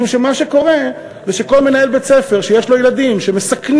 משום שמה שקורה זה שכל מנהל בית-ספר שיש לו ילדים שמסכנים